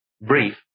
brief